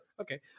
Okay